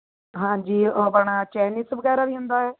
ਹਾਂਜੀ ਆਪਣਾ ਚਾਈਨਜ਼ ਵਗੈਰਾ ਵੀ ਹੰਦਾ ਏ